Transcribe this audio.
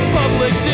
public